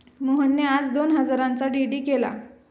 मोहनने आज दोन हजारांचा डी.डी केला